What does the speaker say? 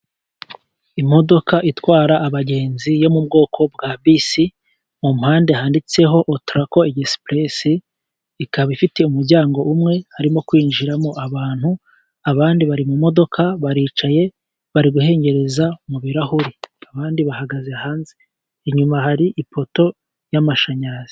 Imodoka itwara abagenzi yo mu bwoko bwa bisi, mu mpande handitseho otarako egisipuresi, ikaba ifite umuryango umwe harimo kwinjiramo abantu, abandi bari mu modoka baricaye bari guhengereza mu birarahure. Abandi bahagaze hanze, inyuma hari ipoto y'amashanyarazi.